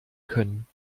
können